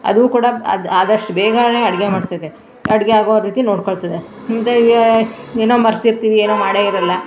ಅದೂ ಕೂಡ ಅದು ಆದಷ್ಟು ಬೇಗನೆ ಅಡುಗೆ ಮಾಡ್ತದೆ ಅಡುಗೆ ಆಗೋ ರೀತಿ ನೋಡ್ಕೊಳ್ತದೆ ಮುಂದೆಗೇ ಏನೋ ಮರೆತಿರ್ತೀವಿ ಏನೋ ಮಾಡೇ ಇರೋಲ್ಲ